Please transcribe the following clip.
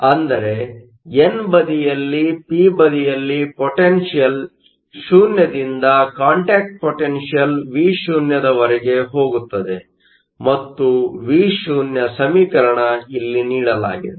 ಅಂದರೆ ಎನ್ ಬದಿಯಲ್ಲಿ ಪಿ ಬದಿಯಲ್ಲಿ ಪೊಟೆನ್ಷಿಯಲ್Potential 0 ರಿಂದ ಕಾಂಟ್ಯಾಕ್ಟ್ ಪೊಟೆನ್ಷಿಯಲ್ Vo ವರೆಗೆ ಹೋಗುತ್ತದೆ ಮತ್ತು Vo ನ ಸಮೀಕರಣ ಇಲ್ಲಿ ನೀಡಲಾಗಿದೆ